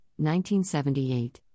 1978